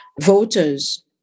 voters